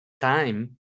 time